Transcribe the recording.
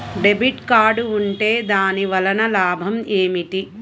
Debit card ఉంటే దాని వలన లాభం ఏమిటీ?